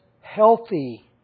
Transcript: healthy